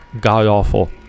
god-awful